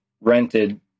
rented